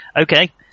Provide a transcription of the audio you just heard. Okay